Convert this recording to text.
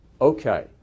okay